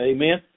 Amen